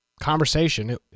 conversation